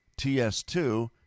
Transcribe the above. TS2